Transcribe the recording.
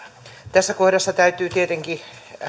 tässä kohdassa täytyy tietenkin